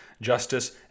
justice